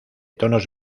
tonos